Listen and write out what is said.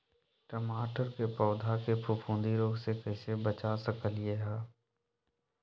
टमाटर के पौधा के फफूंदी रोग से कैसे बचा सकलियै ह?